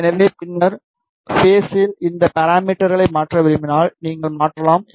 எனவே பின்னர் பேஸில் இந்த பாராமீட்டர்களை மாற்ற விரும்பினால் நீங்கள் மாற்றலாம்